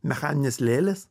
mechaninės lėlės